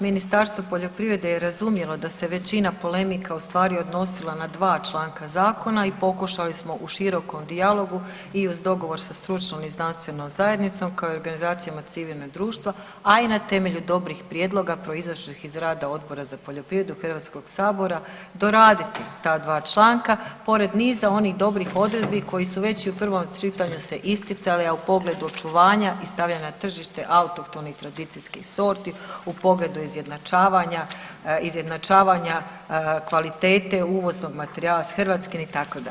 Ministarstvo poljoprivrede je razumjelo da se većina polemika ustvari odnosila na dva članka zakona i pokušali smo u širokom dijalogu i uz dogovorom sa stručnom i znanstvenom zajednicom kao i organizacijama civilnog društva, a i na temelju dobrih prijedloga proizašlih iz rada Odbora za poljoprivredu HS-a doraditi ta dva članka pored niza onih dobrih odredbi koje su već i u prvom čitanju se isticali, a u pogledu očuvanja i stavljanja na tržište autohtonih tradicijskih sorti u pogledu izjednačavanja kvalitete uvoznog materijala s hrvatskim itd.